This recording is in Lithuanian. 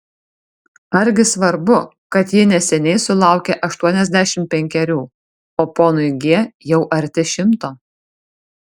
argi svarbu kad ji neseniai sulaukė aštuoniasdešimt penkerių o ponui g jau arti šimto